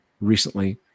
recently